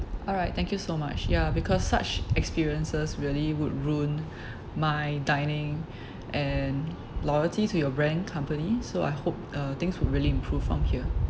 alright thank you so much ya because such experiences really would ruin my dining and loyalty to your brand company so I hope uh things will really improve from here